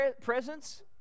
presence